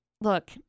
look